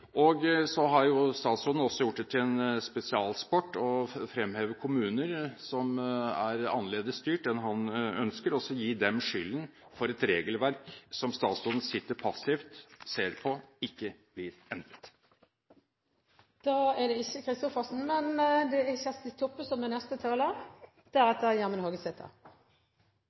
Så har statsråden også gjort det til en spesialsport å fremheve kommuner som er annerledes styrt enn han ønsker, og gi dem skylden for et regelverk som statsråden sitter passivt og ser på ikke blir endret.